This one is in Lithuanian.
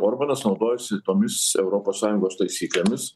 orbanas naudojasi tomis europos sąjungos taisyklėmis